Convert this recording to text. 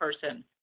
person